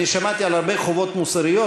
אני שמעתי על הרבה חובות מוסריות,